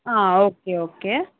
ఆ okay okay